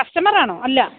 customer ആണോ അല്ല